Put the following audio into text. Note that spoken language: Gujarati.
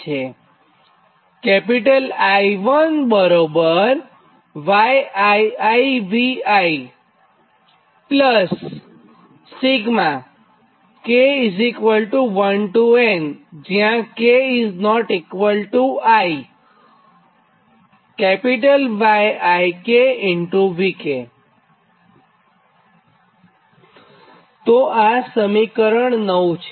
આ સમીકરણ 9 છે